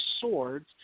swords